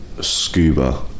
Scuba